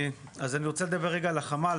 אז אני רוצה לדבר רגע על החמ"ל.